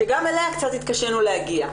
שגם אליה קצת התקשינו להגיע,